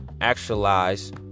actualize